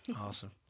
awesome